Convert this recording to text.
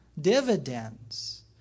dividends